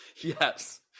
Yes